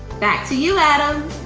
back to you, adam.